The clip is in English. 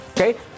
okay